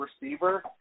receiver